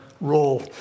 role